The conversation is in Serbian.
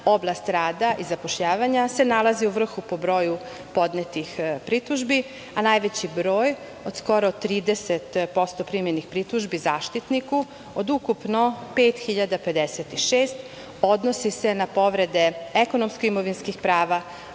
oblast rada i zapošljavanja se nalazi u vrhu po broju podnetih pritužbi, a najveći broj od skoro 30% primljenih pritužbi Zaštitniku od ukupno 5.056 odnosi se na povrede ekonomsko-imovinskih prava,